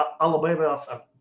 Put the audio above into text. Alabama